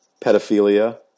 pedophilia